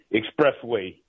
expressway